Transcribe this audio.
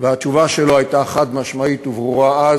והתשובה שלו הייתה חד-משמעית וברורה אז,